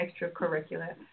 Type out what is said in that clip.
extracurricular